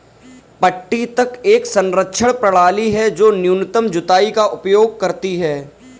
पट्टी तक एक संरक्षण प्रणाली है जो न्यूनतम जुताई का उपयोग करती है